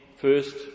first